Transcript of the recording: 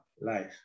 life